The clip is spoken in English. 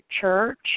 church